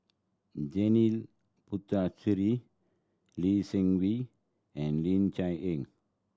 Janil Puthucheary Lee Seng Wee and Ling Cher Eng